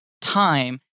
time